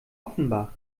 offenbach